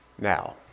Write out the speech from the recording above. Now